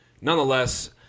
Nonetheless